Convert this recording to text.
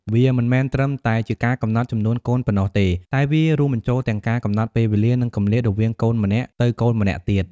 វាមិនមែនត្រឹមតែជាការកំណត់ចំនួនកូនប៉ុណ្ណោះទេ តែវារួមបញ្ចូលទាំងការកំណត់ពេលវេលា និងគម្លាតរវាងកូនម្នាក់ទៅកូនម្នាក់ទៀត។